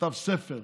וכתב ספר.